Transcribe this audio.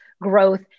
growth